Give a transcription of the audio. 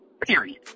period